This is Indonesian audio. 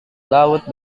laut